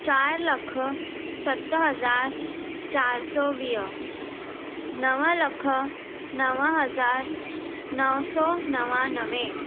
चारि लख सत हज़ार चारि सौ वीह नव लख नव हज़ार नव सौ नवानवे